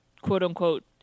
quote-unquote